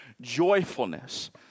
joyfulness